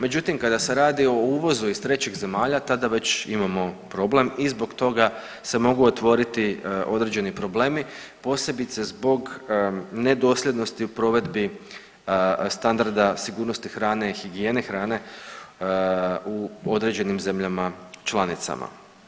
Međutim, kada se radi o uvozu iz trećih zemalja tada već imamo problem i zbog toga se mogu otvoriti određeni problem, posebice zbog nedosljednosti u provedbi standarda sigurnosti hrane i higijene hrane u određenim zemljama članicama.